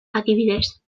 adibidez